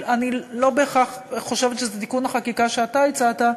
אני לא בהכרח חושבת שזה תיקון החקיקה שאתה הצעת,